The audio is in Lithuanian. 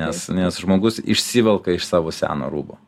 nes nes žmogus išsivelka iš savo seno rūbo